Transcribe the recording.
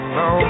no